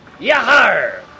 Yahar